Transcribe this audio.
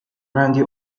randy